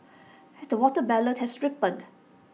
the watermelon has ripened